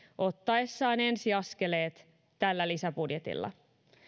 ottaessaan ensiaskeleet tällä lisäbudjetilla